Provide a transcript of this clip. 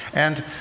and